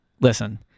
Listen